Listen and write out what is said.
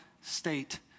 state